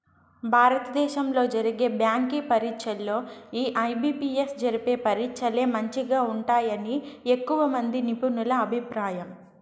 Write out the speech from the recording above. భారత దేశంలో జరిగే బ్యాంకి పరీచ్చల్లో ఈ ఐ.బి.పి.ఎస్ జరిపే పరీచ్చలే మంచిగా ఉంటాయని ఎక్కువమంది నిపునుల అభిప్రాయం